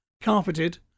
carpeted